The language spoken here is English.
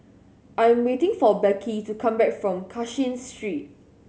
I'm waiting for Becky to come back from Cashin Street